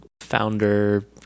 founder